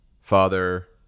father